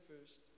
first